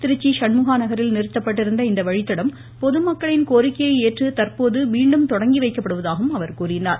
திருச்சி ஷன்முகா நகரில் நிறுத்தப்பட்டிருந்த இந்த வழித்தடம் பொதுமக்களின் கோரிக்கையை ஏற்று தற்போது மீண்டும் தொடங்கிவைக்கப்படுவதாகவும் அவர் கூறினார்